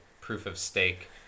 proof-of-stake